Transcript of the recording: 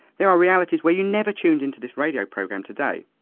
there are realities where you're never tuned into this radio program today.